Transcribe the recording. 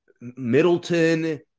Middleton